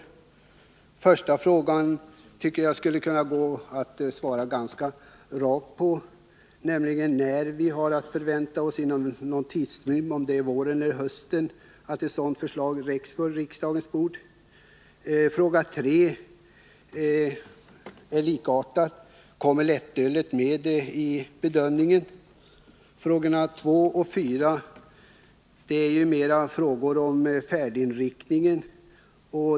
Den första frågan, inom vilken tidrymd — i vår eller i höst — som vi har att förvänta att ett förslag läggs på riksdagens bord, borde det gå att ge ett ganska rakt svar på. Fråga 3, om lättölet kommer med i bedömningen, är likartad. Frågorna 2 och 4 rör mera färdriktningen.